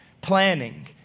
planning